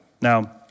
Now